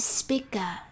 speaker